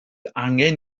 angen